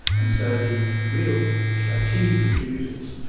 and so the real key contributors,